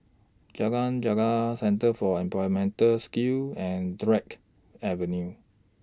Jalan Gelegar Centre For Employability Skills and Drake Avenue